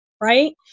right